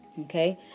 okay